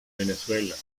venezuela